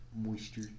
moisture